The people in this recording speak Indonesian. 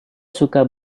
suka